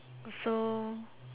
so